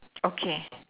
okay